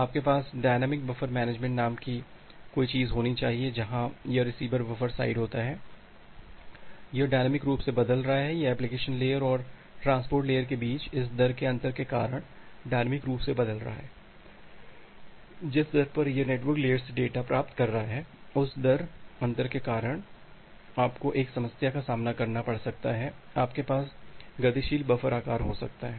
आपके पास dynamic buffer management नाम की कोई चीज़ होनी चाहिए जहाँ यह रिसीवर बफर साइड होता है यह डायनेमिक रूप से बदल रहा है यह एप्लीकेशन लेयर और ट्रांसपोर्ट लेयर के बीच इस दर के अंतर के कारण डायनामिक रूप से बदल रहा है जिस दर पर यह नेटवर्क लेयर से डेटा प्राप्त कर रहा है इस दर अंतर के कारण आपको एक समस्या का सामना करना पड़ सकता है आपके पास गतिशील बफर आकार हो सकता है